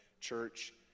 church